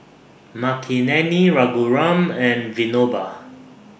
Makineni Raghuram and Vinoba